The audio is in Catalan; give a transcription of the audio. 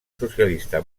socialista